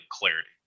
clarity